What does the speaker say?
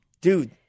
dude